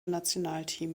nationalteam